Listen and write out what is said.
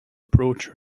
approach